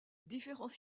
différents